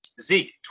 Zeke